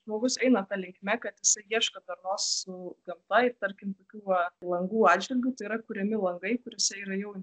žmogus eina ta linkme kad jisai ieško darnos su gamta ir tarkim tokių va langų atžvilgiu tai yra kuriami langai kuriuose yra jau